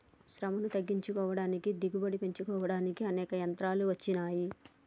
శ్రమను తగ్గించుకోడానికి దిగుబడి పెంచుకోడానికి అనేక యంత్రాలు అచ్చినాయి